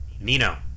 Nino